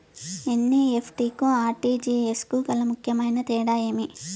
NEFT కు RTGS కు గల ముఖ్యమైన తేడా ఏమి?